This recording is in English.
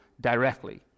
directly